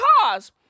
cars